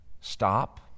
stop